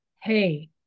Hey